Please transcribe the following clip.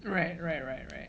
right right right right